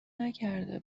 نکرده